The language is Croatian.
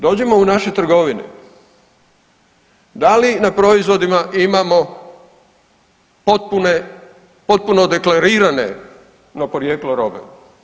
Dođemo u naše trgovine, da li na proizvodima imamo potpuno deklarirano porijeklo robe?